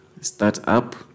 startup